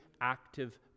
active